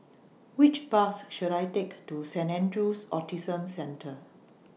Which Bus should I Take to Saint Andrew's Autism Centre